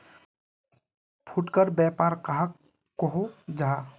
फुटकर व्यापार कहाक को जाहा?